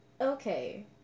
Okay